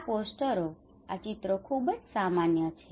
આ પોસ્ટરો આ ચિત્રો ખૂબ સામાન્ય છે